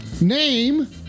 Name